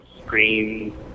Scream